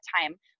time